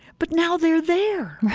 but now they're there.